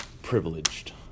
privileged